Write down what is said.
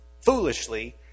foolishly